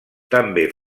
també